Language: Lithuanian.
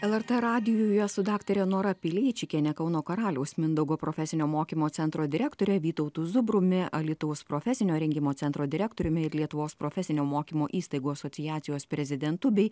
lrt radijuje su daktare nora pileičikiene kauno karaliaus mindaugo profesinio mokymo centro direktore vytautu zubrumi alytaus profesinio rengimo centro direktoriumi ir lietuvos profesinio mokymo įstaigų asociacijos prezidentu bei